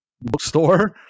bookstore